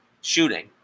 shooting